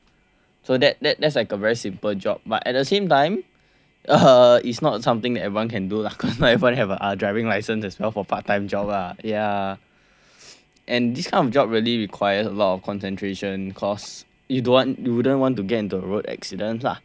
so that that that's like a very simple job but at the same time uh it's not something everyone can do lah cause not like everyone have a driving licence as well for part time job ah and this kind of job really requires a lot of concentration cause you don't want you wouldn't want to get into road accidents lah